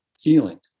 feeling